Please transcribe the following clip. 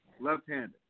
left-handed